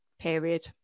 period